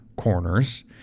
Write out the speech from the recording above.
Corners